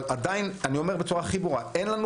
אני אומר בצורה הכי ברורה: אין לנו